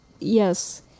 yes